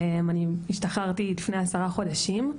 אני השתחררתי לפני עשרה חודשים,